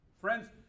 Friends